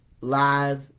live